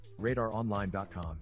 RadarOnline.com